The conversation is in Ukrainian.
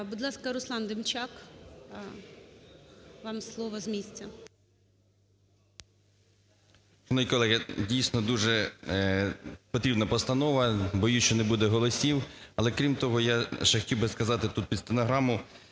дійсно, дуже потрібна постанова, боюсь, що не буде голосів. Але, крім того, я ще хотів би сказати тут під стенограму.